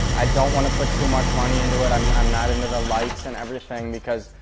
i don't want to put too much money into it. i'm i'm not into the lights and everything because,